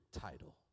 title